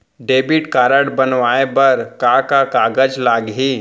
Debit card बनवाये बर का का कागज लागही?